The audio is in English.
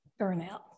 burnout